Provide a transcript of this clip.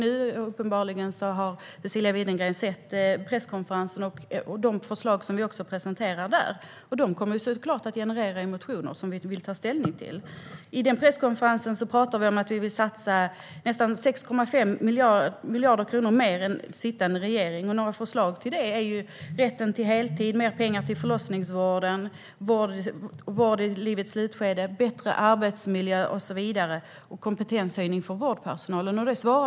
Uppenbarligen har Cecilia Widegren sett presskonferensen och de förslag som vi presenterade där. De kommer såklart att generera motioner som vi ska ta ställning till. Vid den presskonferensen pratade vi om att vi vill satsa nästan 6,5 miljarder kronor mer än sittande regering. Några förslag är rätten till heltid, mer pengar till förlossningsvården, vård i livets slutskede, bättre arbetsmiljö, kompetenshöjning för vårdpersonalen och så vidare.